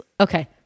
okay